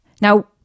Now